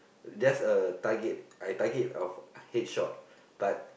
just a target I target of headshot but